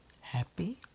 happy